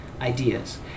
ideas